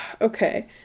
Okay